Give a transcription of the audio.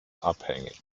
abhängig